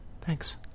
Thanks